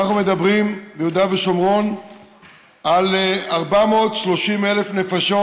ואנחנו מדברים ביהודה ושומרון על 430,000 נפשות,